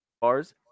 bars